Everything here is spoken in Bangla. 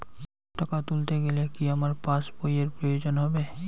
টাকা তুলতে গেলে কি আমার পাশ বইয়ের প্রয়োজন হবে?